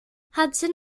hudson